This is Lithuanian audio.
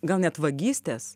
gal net vagystės